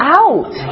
out